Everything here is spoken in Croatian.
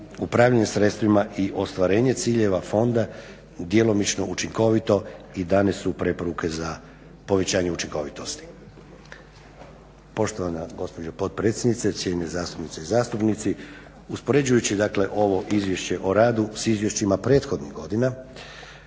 upravljanje sredstvima i ostvarenje ciljeva fonda djelomično, učinkovito i dane su preporuke za povećanje učinkovitosti. Poštovana gospođo potpredsjednice, cijenjene zastupnice i zastupnici, uspoređujući dakle ovo izvješće o radu s izvješćima prethodnih godina